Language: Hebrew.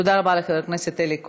תודה רבה לחבר הכנסת אלי כהן.